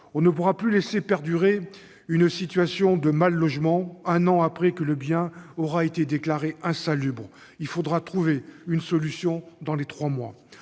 On ne pourra plus laisser perdurer une situation de mal-logement un an après que le bien aura été déclaré insalubre : il faudra trouver une solution dans les trois mois.